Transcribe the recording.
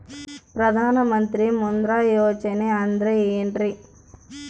ಪ್ರಧಾನ ಮಂತ್ರಿ ಮುದ್ರಾ ಯೋಜನೆ ಅಂದ್ರೆ ಏನ್ರಿ?